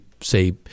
say